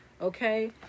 Okay